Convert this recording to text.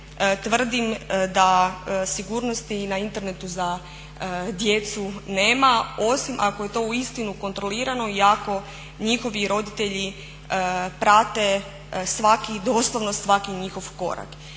tvrdim da sigurnosti na Internetu za djecu nema, osim ako je to uistinu kontrolirano i ako njihovi roditelji prate svaki, doslovno svaki njihov korak.